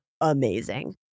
amazing